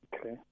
okay